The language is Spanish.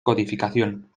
codificación